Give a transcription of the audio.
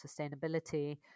sustainability